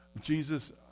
Jesus